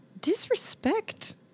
disrespect